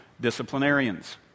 disciplinarians